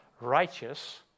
righteous